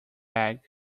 egg